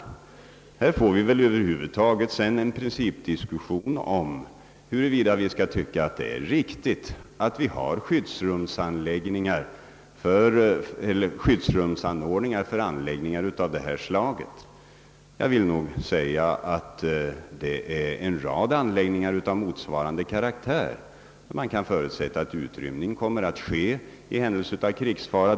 Sedan får vi väl ta upp en principdiskussion av frågan huruvida det är riktigt att ha skyddsrumsanordningar för anläggningar av detta slag. Det finns en rad anläggningar av liknande karaktär, och man kan nog förutsätta att utrymning där kommer att ske i händelse av krigsfara.